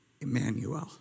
Emmanuel